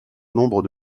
nombre